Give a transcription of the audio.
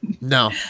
No